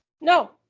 no